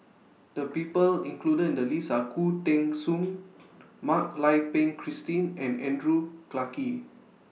The People included in The list Are Khoo Teng Soon Mak Lai Peng Christine and Andrew Clarke